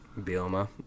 Bielma